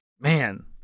Man